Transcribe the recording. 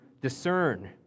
discern